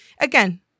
again